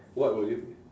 what would you